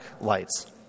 lights